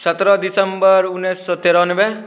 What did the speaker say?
सतरह दिसम्बर उनैस सओ तेरानवे